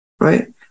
right